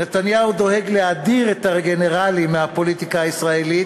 נתניהו דואג להדיר את הגנרלים מהפוליטיקה הישראלית